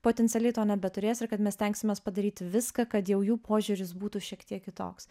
potencialiai to nebeturės ir kad mes stengsimės padaryti viską kad jau jų požiūris būtų šiek tiek kitoks